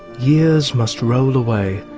years must roll away,